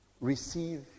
receive